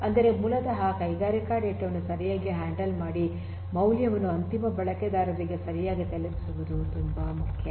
ಅಂದರೆ ಮೂಲತಃ ಕೈಗಾರಿಕಾ ಡೇಟಾ ವನ್ನು ಸರಿಯಾಗಿ ಹ್ಯಾಂಡಲ್ ಮಾಡಿ ಮೌಲ್ಯವನ್ನು ಅಂತಿಮ ಬಳಕೆದಾರರಿಗೆ ಸರಿಯಾಗಿ ತಲುಪಿಸುವುದು ತುಂಬಾ ಮುಖ್ಯ